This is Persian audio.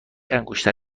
انگشتر